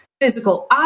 physical